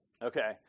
Okay